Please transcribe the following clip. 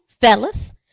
fellas